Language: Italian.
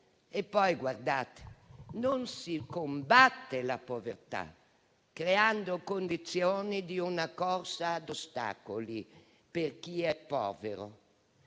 Inoltre, non si combatte la povertà creando condizioni per una corsa ad ostacoli per chi è povero: